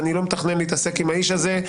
אני לא מתכנן להתעסק עם האיש הזה,